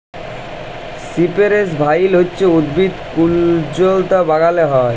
সিপেরেস ভাইল হছে উদ্ভিদ কুল্জলতা বাগালে হ্যয়